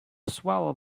swallow